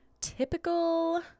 Typical